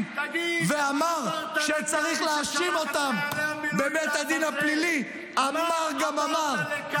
--- מילה אחת של אמת לא אמרת בנאום שלך,